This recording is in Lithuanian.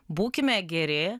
būkime geri